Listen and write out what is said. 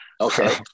Okay